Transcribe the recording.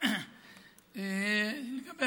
לגבי